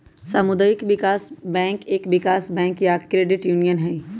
सामुदायिक विकास बैंक एक विकास बैंक या क्रेडिट यूनियन हई